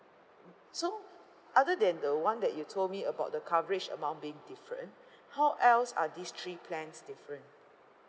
mm so other than the one that you told me about the coverage amount being different how else are these three plans different